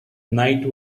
night